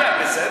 תגידי, את בסדר?